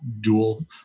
dual